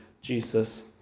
Jesus